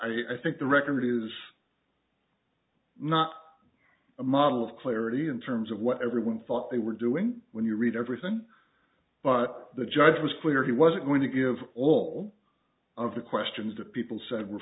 that i think the record is not a model of clarity in terms of what everyone thought they were doing when you read everything but the judge was clear he wasn't going to give all of the questions that people said were